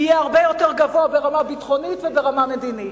יהיה הרבה יותר גבוה ברמה ביטחונית וברמה מדינית.